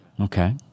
Okay